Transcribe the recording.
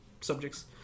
subjects